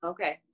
Okay